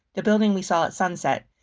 the building we saw at sunset.